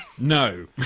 No